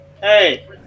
Hey